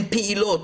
הן פעילות.